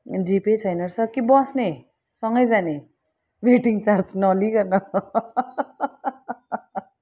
GPay छैन रहेछ कि बस्ने सँगै जाने वेटिङ चार्ज नलिइकन